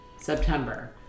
September